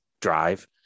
drive